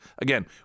again